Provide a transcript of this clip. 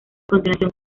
continuación